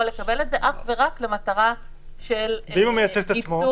אלא אך ורק למטרה של ייצוג --- ומה אם הוא מייצג את עצמו?